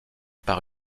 par